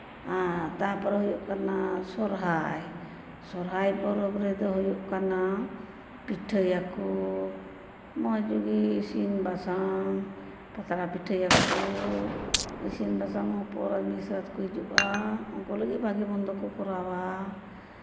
ᱟᱨ ᱛᱟᱨᱯᱚᱨᱮ ᱦᱩᱭᱩᱜ ᱠᱟᱱᱟ ᱥᱚᱨᱦᱟᱭ ᱥᱚᱨᱦᱟᱭ ᱯᱚᱨᱚᱵᱽ ᱨᱮᱫᱚ ᱦᱩᱭᱩᱜ ᱠᱟᱱᱟ ᱯᱤᱴᱷᱟᱹᱭᱟᱠᱚ ᱢᱚᱡᱽ ᱜᱮ ᱤᱥᱤᱱ ᱵᱟᱥᱟᱝ ᱯᱟᱛᱲᱟ ᱯᱤᱴᱷᱟᱹᱭᱟᱠᱚ ᱤᱥᱤᱱ ᱵᱟᱥᱟᱝ ᱯᱚᱨ ᱢᱤᱥᱨᱟᱛ ᱠᱚ ᱦᱤᱡᱩᱜᱼᱟ ᱩᱱᱠᱩ ᱞᱟᱹᱜᱤᱫ ᱵᱷᱟᱜᱮ ᱢᱚᱱᱫᱚ ᱠᱚ ᱠᱚᱨᱟᱣᱟ